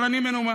אבל אני מנומס,